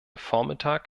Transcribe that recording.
vormittag